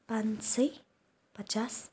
पाँच सय पचास